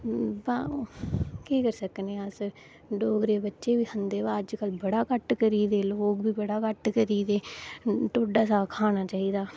के करी सकने आं अस डोगरे बच्चे बी खंदे अजकल बड़ा घट्ट करी गेदे लोक बी बड़ा घट्ट करी गेदे ढोडा साग खाना चाहिदा